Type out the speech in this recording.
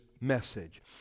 message